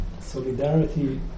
solidarity